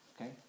Okay